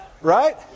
Right